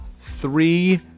three